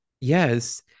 Yes